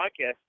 Podcast